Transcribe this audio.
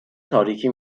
تاریکی